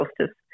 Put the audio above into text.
justice